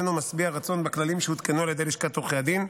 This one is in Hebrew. משביע רצון בכללים שהותקנו על ידי לשכת עורכי הדין.